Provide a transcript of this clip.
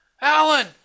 Alan